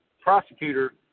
prosecutor